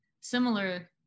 Similar